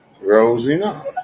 Rosina